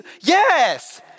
yes